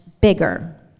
bigger